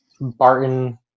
Barton